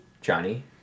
Johnny